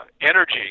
energy